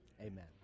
amen